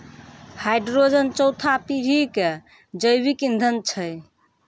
hydrogen चौथा पीढ़ी के जैविक ईंधन छै